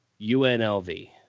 UNLV